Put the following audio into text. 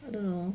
I don't know